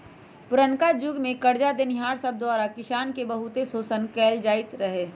पुरनका जुग में करजा देनिहार सब द्वारा किसान के बहुते शोषण कएल जाइत रहै